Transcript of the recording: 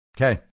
Okay